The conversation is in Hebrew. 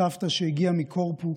סבתא שהגיעה מקורפו,